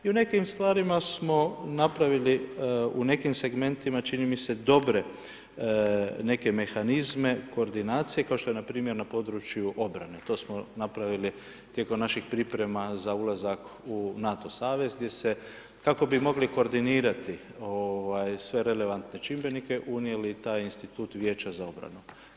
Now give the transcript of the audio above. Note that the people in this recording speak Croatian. I u nekim stvarima smo napravili, u nekim segmentima, čini mi se dobre neke mehanizme, koordinacije, kao što je npr. na području obrane, to smo napravili tijekom naših priprema za ulazak u NATO savez, gdje se kako bi mogli koordinirati sve relevantne čimbenike, unijeli taj institut Vijeća za obranu.